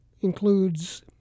includes